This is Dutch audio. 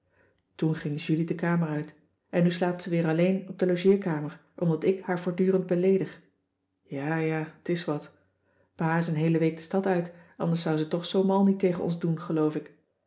toen ging julie de kamer uit en nu slaapt ze weer alleen op de logeerkamer omdat ik haar voortdurend beleedig ja ja t is wat pa is een heele week de stad uit anders zou ze toch zoo mal niet tegen ons doen geloof ik